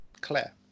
Claire